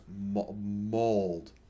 mauled